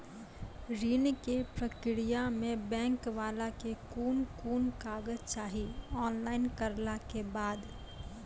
ऋण के प्रक्रिया मे बैंक वाला के कुन कुन कागज चाही, ऑनलाइन करला के बाद?